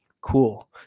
cool